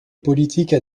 politique